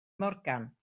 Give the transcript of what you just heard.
morgan